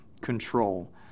control